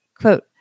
Quote